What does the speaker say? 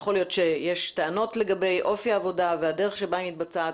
יכול להיות שיש טענות לגבי אופי העבודה והדרך שבה היא מתבצעת